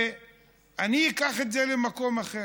ואני אקח את זה למקום אחר.